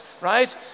right